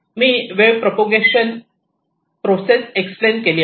मी wave propagation process explain केली आहे